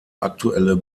aktuelle